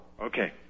Okay